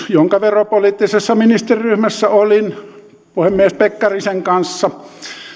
jonka veropoliittisessa ministeriryhmässä olin puhemies pekkarisen kanssa